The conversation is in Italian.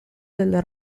del